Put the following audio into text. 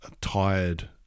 tired